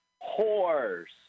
Horse